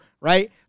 Right